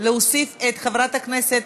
יש עוד הצעות?